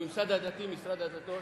הממסד הדתי, משרד הדתות,